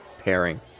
pairing